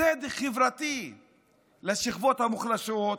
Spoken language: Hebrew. צדק חברתי לשכבות המוחלשות.